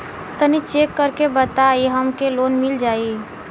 तनि चेक कर के बताई हम के लोन मिल जाई?